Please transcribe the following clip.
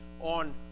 on